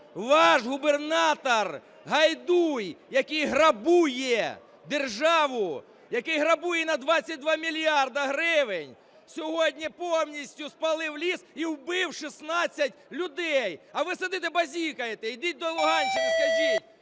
Ваш губернатор "Гайдуй", який грабує державу, який грабує на 22 мільярда гривень, сьогодні повністю спалив ліс і вбив 16 людей! А ви сидите, базікаєте. Ідіть до Луганщини, скажіть.